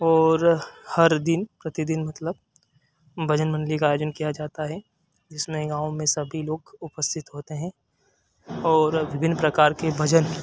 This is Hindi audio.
और हर दिन प्रतिदिन मतलब भजन मंडली का आयोजन किया जाता है जिसमे गाँव में सभी लोग उपस्थित होते हैं और विभिन्न प्रकार के भजन